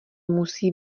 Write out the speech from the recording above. musí